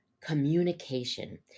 communication